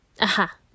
Aha